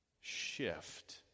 shift